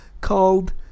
called